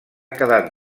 quedat